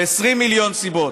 ו-19 מיליון סיבות,